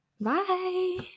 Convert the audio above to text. bye